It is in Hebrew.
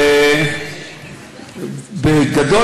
ובגדול,